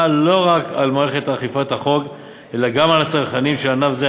לא רק על מערכת אכיפת החוק אלא גם על הצרכנים של ענף זה,